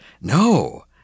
No